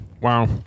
Wow